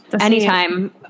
Anytime